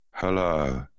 hello